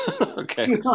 okay